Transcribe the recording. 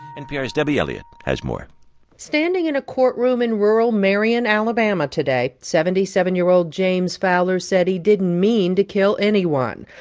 npr's debbie elliott has more standing in a courtroom in rural marion, ala, but um ah today, seventy seven year old james fowler said he didn't mean to kill anyone.